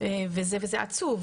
וזה עצוב,